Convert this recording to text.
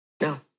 No